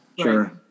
Sure